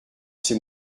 ces